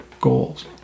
goals